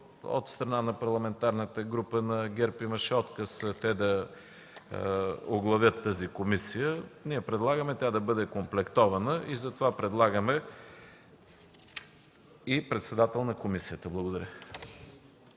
От страна на Парламентарната група на ГЕРБ имаше отказ те да оглавят тази комисия, ние предлагаме тя да бъде комплектована и затова предлагаме и председател на комисията. Благодаря.